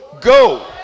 Go